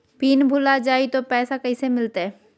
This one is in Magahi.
पिन भूला जाई तो पैसा कैसे मिलते?